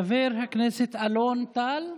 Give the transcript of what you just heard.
חבר הכנסת אלון טל,